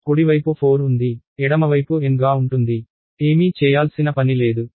కాబట్టి కుడివైపు 4 ఉంది ఎడమవైపు n గా ఉంటుంది ఏమీ చేయాల్సిన పని లేదు